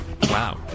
Wow